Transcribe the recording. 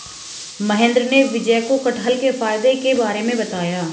महेंद्र ने विजय को कठहल के फायदे के बारे में बताया